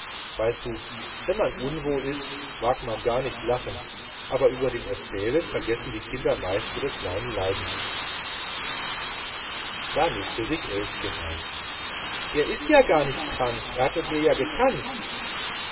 weißt du wenn man unwohl ist mag man gar nicht lachen aber über dem erzählen vergessen die kinder ihre kleinen leiden da mischte sich elschen ein er ist ja gar nicht krank er hat ja mit mir getanzt